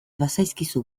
bazaizkizu